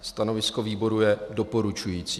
Stanovisko výboru je doporučující.